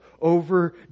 over